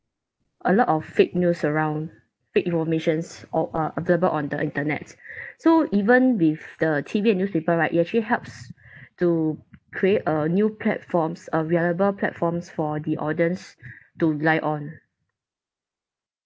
a lot of fake news around fake informations or uh available on the internet so even with the T_V and newspaper right it actually helps to create a new platforms uh reliable platforms for the audience to rely on